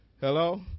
Hello